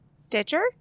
Stitcher